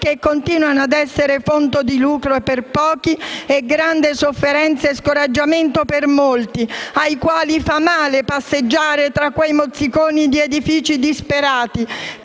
che continuano ad essere fonte di lucro per pochi e di grande sofferenza e scoraggiamento per molti, ai quali fa male passeggiare tra quei mozziconi di edifici disperati,